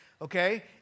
okay